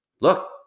look